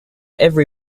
every